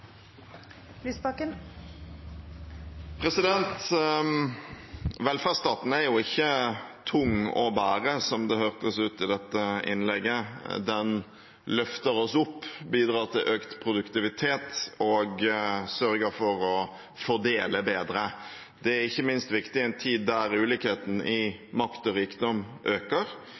jo ikke tung å bære, slik det hørtes ut i dette innlegget. Den løfter oss opp, bidrar til økt produktivitet og sørger for å fordele bedre. Det er ikke minst viktig i en tid da ulikheten i makt og rikdom øker.